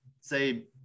say